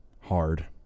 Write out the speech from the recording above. Hard